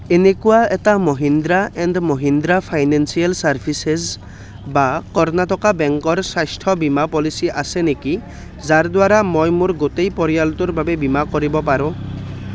এনেকুৱা এটা Mahindra and Mahindra financial services বা কৰ্ণাটকা বেংকৰ স্বাস্থ্য বীমা পলিচী আছে নেকি যাৰ দ্বাৰা মই মোৰ গোটেই পৰিয়ালটোৰ বাবে বীমা কৰিব পাৰোঁ